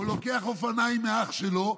הוא לוקח אופניים מאח שלו,